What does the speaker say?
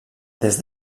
des